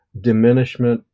diminishment